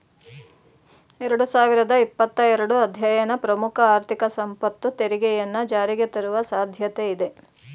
ಎರಡು ಸಾವಿರದ ಇಪ್ಪತ್ತ ಎರಡು ಅಧ್ಯಯನ ಪ್ರಮುಖ ಆರ್ಥಿಕ ಸಂಪತ್ತು ತೆರಿಗೆಯನ್ನ ಜಾರಿಗೆತರುವ ಸಾಧ್ಯತೆ ಇದೆ